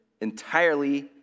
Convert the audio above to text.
entirely